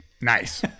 Nice